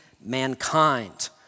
mankind